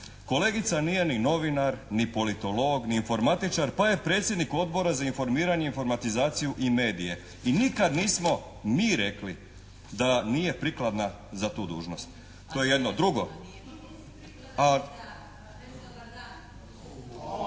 kolegica nije ni novinar, ni politolog, ni informatičar pa je predsjednik Odbora za informiranje i informatizaciju i medije i nikad nismo mi rekli da nije prikladna za tu dužnost. To je jedno. Drugo.